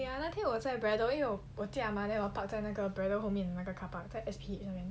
eh 那天我在 braddell 因为我我驾 mah then 我 park 在那个 braddell 后面那个 car park 在 S_P 后面